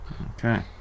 okay